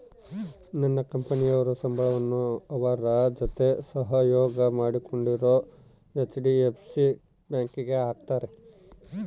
ನನ್ನ ಕಂಪನಿಯವರು ಸಂಬಳವನ್ನ ಅವರ ಜೊತೆ ಸಹಯೋಗ ಮಾಡಿಕೊಂಡಿರೊ ಹೆಚ್.ಡಿ.ಎಫ್.ಸಿ ಬ್ಯಾಂಕಿಗೆ ಹಾಕ್ತಾರೆ